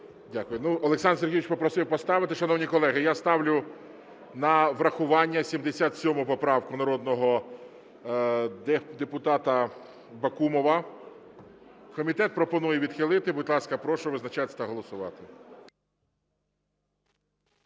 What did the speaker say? Олександр Сергійович попросив поставити. Шановні колеги, я ставлю на врахування 77 поправку народного депутата Бакумова. Комітет пропонує відхилити. Будь ласка, прошу визначатись та голосувати.